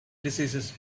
diseases